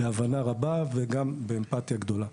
בהבנה רבה וגם באמפתיה גדולה.